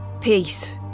Peace